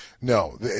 No